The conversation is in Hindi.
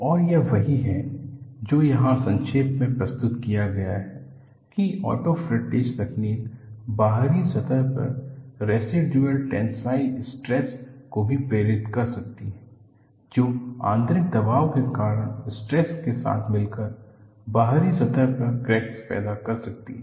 और यह वही है जो यहां संक्षेप में प्रस्तुत किया गया है कि ऑटॉफ्रेट्टेज तकनीक बाहरी सतह पर रैसिडुअल टेंसाइल स्ट्रेस को भी प्रेरित कर सकती है जो आंतरिक दबाव के कारण स्ट्रेस के साथ मिलकर बाहरी सतह पर क्रैक्स पैदा कर सकती है